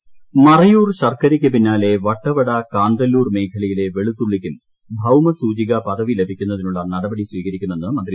സുനിൽകുമാർ മറയൂർ ശർക്കരക്കു പിന്നാലെ വട്ടവട കാന്തല്ലൂർ മേഖലയിലെ വെളുത്തുള്ളിക്കും ഭൌമ സൂചിക പദവ്പു ലൂടിക്കുന്നതിനുള്ള നടപടി സ്വീകരിക്കുമെന്ന് മന്ത്രി വി